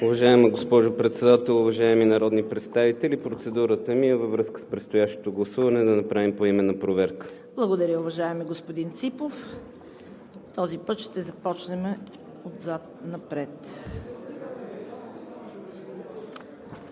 Уважаема госпожо Председател, уважаеми народни представители! Процедурата ми е във връзка с предстоящото гласуване да направим поименна проверка. ПРЕДСЕДАТЕЛ ЦВЕТА КАРАЯНЧЕВА: Благодаря, уважаеми господин Ципов. Този път ще започнем отзад напред.